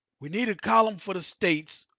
we need a column for the states.